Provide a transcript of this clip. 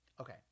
Okay